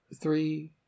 Three